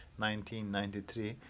1993